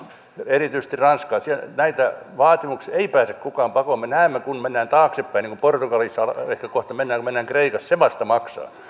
erityisesti ranskaa näitä vaatimuksia ei pääse kukaan pakoon me näemme että kun mennään taaksepäin niin kuin portugalissa ehkä kohta mennään niin kuin mennään kreikassa se vasta maksaa